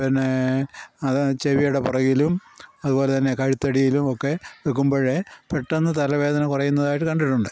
പിന്നെ അത് ചെവിയുടെ പുറകിലും അതുപോലെ തന്നെ കഴുത്തടിയിലും ഒക്കെ വക്കുമ്പോഴെ പെട്ടന്ന് തലവേദന കുറയുന്നതായിട്ട് കണ്ടിട്ടുണ്ട്